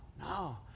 no